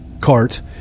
cart